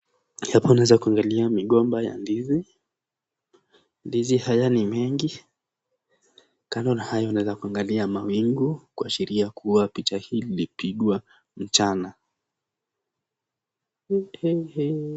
Hapa unaeza kuangalia migomba ya ndizi, ndizi hayo ni mengi , kando na hayo unaweza kuangalia mawingu, kuashiria kuwa picha hii ilipigwa mchana.